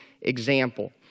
example